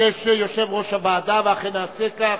יושב-ראש הוועדה מבקש ואכן נעשה כך.